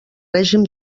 règim